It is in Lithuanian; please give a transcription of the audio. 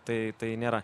tai tai nėra